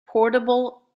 portable